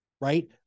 right